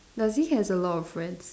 does he has a lot of friends